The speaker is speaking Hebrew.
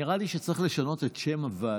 נראה לי שצריך לשנות את שם הוועדה,